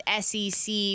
SEC